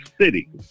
City